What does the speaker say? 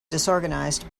disorganized